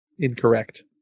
Incorrect